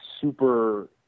super